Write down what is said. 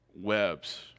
webs